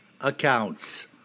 accounts